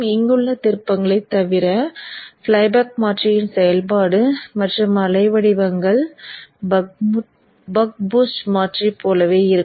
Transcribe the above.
இங்குள்ள திருப்பங்களை தவிர ஃப்ளைபேக் மாற்றியின் செயல்பாடு மற்றும் அலை வடிவங்கள் பக் பூஸ்ட் மாற்றி போலவே இருக்கும்